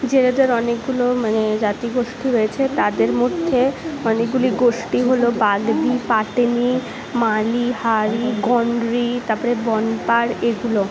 জেলেদের অনেকগুলো মানে জাতি গোষ্ঠী রয়েছে তাদের মধ্যে অনেকগুলি গোষ্ঠী হলো বাগদি পাটনি মালি হাড়ি গন্ড্রি তারপরে বনপার এগুলো